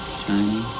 shiny